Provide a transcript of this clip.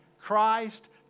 Christ